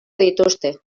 dituzte